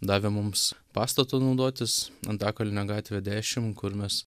davė mums pastatu naudotis antakalnio gatvė dešimt kur mes